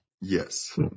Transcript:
yes